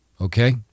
okay